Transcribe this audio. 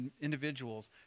individuals